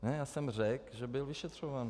Ne, já jsem řekl, že byl vyšetřován.